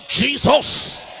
Jesus